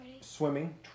swimming